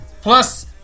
Plus